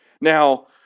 Now